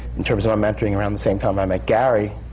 in terms of our mentoring, around the same time i met gary,